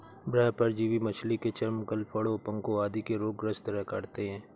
बाह्य परजीवी मछली के चर्म, गलफडों, पंखों आदि के रोग ग्रस्त करते है